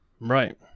Right